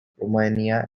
romania